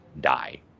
die